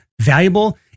valuable